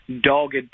dogged